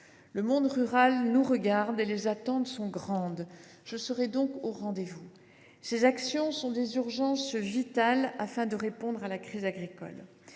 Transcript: Le monde rural nous regarde et ses attentes sont grandes. Je serai donc au rendez vous. Ces actions sont des urgences vitales, qui permettront de répondre à la crise agricole.